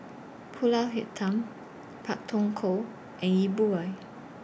Pulut Hitam Pak Thong Ko and Yi Bua